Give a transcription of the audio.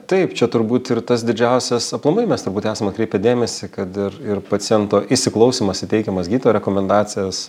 taip čia turbūt ir tas didžiausias aplamai mes turbūt esam atkreipę dėmesį kad ir ir paciento įsiklausymas į teikiamas gydytojo rekomendacijas